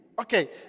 okay